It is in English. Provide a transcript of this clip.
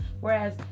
Whereas